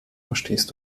verstehst